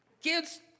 Kids